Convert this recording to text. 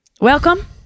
welcome